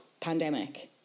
pandemic